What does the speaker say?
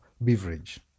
beverage